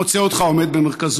מוצא אותך עומד במרכז.